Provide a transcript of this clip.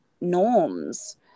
norms